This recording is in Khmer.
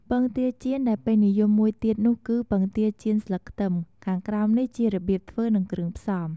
ពងទាចៀនដែលពេញនិយមមួយទៀតនោះគឺ ពងទាចៀនស្លឹកខ្ទឹម ខាងក្រោមនេះជារបៀបធ្វើនិងគ្រឿងផ្សំ។